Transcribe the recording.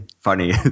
funny